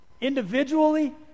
Individually